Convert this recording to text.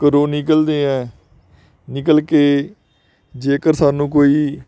ਘਰੋਂ ਨਿਕਲਦੇ ਹਾਂ ਨਿਕਲ ਕੇ ਜੇਕਰ ਸਾਨੂੰ ਕੋਈ